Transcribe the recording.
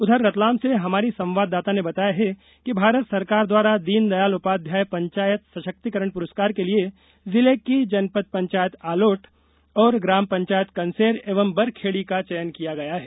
उधर रतलाम से हमारी संवाददाता ने बताया है कि भारत सरकार द्वारा दीनदयाल उपाध्याय पंचायत सशक्तिकरण पुरस्कार के लिए जिले की जनपद पंचायत आलोट और ग्राम पंचायत कंसेर एवं बरखेड़ी का चयन किया गया है